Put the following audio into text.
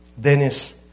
Dennis